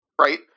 Right